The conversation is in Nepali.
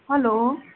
हेलो